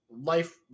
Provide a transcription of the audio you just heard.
life